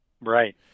Right